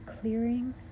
clearing